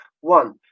One